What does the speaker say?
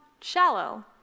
shallow